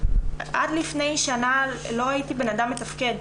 עד לפני שנה לא הייתי אדם מתפקד.